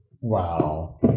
Wow